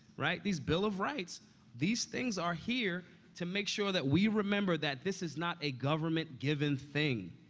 right, these bill of rights these things are here to make sure that we remember that this is not a government-given thing.